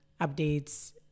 updates